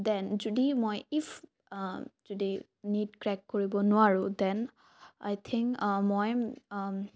then যদি মই if যদি নীট ক্ৰেক কৰিব নোৱাৰোঁ দেন আই থিংক মই